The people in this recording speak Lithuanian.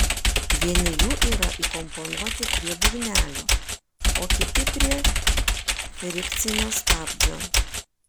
vieni jų yra įkomponuoti prie būgnelio o kiti prie frikcinio stabdžio